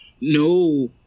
no